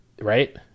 Right